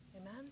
Amen